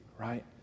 right